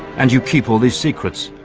and you keep all these secrets.